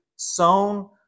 sown